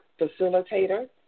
facilitator